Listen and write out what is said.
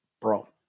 bro